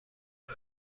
جای